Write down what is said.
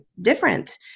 different